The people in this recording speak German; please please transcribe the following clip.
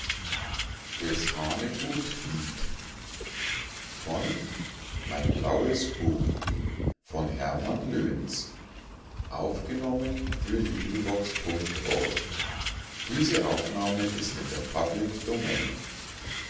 nacht in der